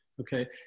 okay